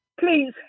please